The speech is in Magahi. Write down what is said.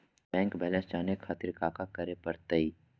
बैंक बैलेंस जाने खातिर काका करे पड़तई?